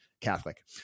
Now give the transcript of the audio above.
catholic